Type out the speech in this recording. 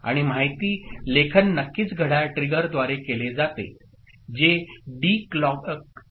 आणि माहिती लेखन नक्कीच घड्याळ ट्रिगर द्वारे केले जाते जे डी क्लॉकसह समकालिक असते